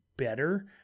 Better